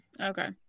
Okay